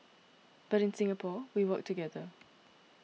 but in Singapore we work together